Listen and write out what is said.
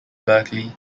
berkley